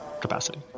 capacity